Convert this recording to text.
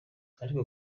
ariko